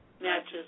matches